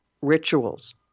rituals